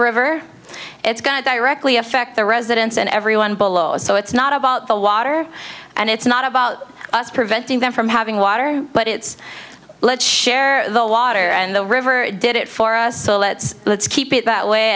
river it's going to directly affect the residents and everyone below it so it's not about the water and it's not about us preventing them from having water but it's let's share the water and the river did it for us so let's let's keep it that way